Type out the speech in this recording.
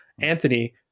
Anthony